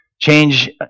change